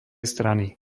strany